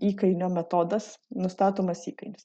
įkainio metodas nustatomas įkainis